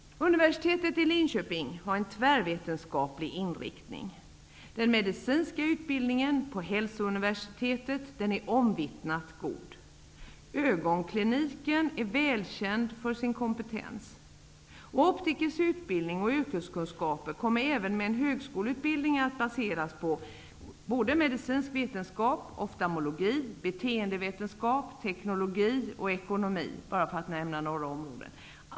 Universitetet i Linköping har en tvärvetenskaplig inriktning. Den medicinska utbildningen på Hälsouniversitetet är omvittnat god. Ögonkliniken är välkänd för sin kompetens. Optikers utbildning och yrkeskunskaper kommer även med en högskoleutbildning att baseras på medicinsk vetenskap, oftamologi, beteendevetenskap, teknologi och ekonomi -- för att nämna några områden.